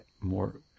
more